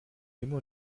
immer